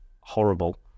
horrible